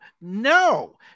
no